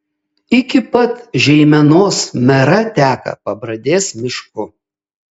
iki pat žeimenos mera teka pabradės mišku